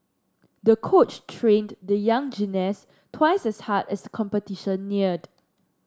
the coach trained the young gymnast twice as hard as the competition neared